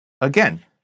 again